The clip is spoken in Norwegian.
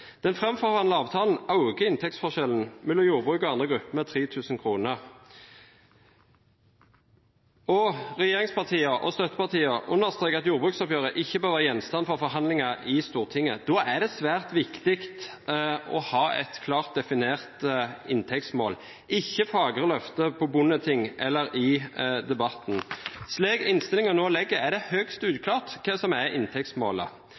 Den framforhandlede avtalen øker inntektsforskjellen mellom jordbrukere og andre grupper med 3 000 kr. Regjeringspartiene og støttepartiene understreker at jordbruksoppgjøret ikke bør være gjenstand for forhandlinger i Stortinget. Da er det svært viktig å ha et klart definert inntektsmål, ikke fagre løfter på Bondetinget eller i debatten. Slik innstillingen nå foreligger, er det høyst uklart hva som er inntektsmålet.